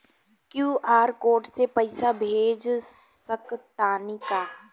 QR code से पईसा भेज सक तानी का?